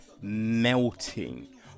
melting